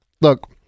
Look